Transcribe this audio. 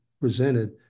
presented